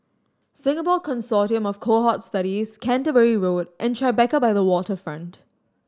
Singapore Consortium of Cohort Studies Canterbury Road and Tribeca by the Waterfront